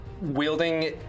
wielding